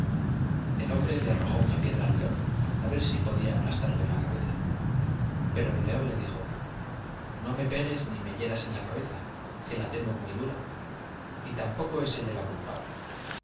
el hombre le arrojó una piedra la cabeza podía aplastarle pero el león le dijo cabeza que la ni me hieras en la no me pegues dura y tampoco es ella la culpable